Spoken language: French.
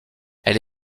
elle